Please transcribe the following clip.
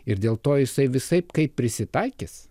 ir dėl to jisai visaip kaip prisitaikys